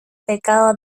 pecado